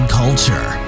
culture